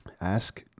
ask